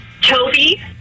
Toby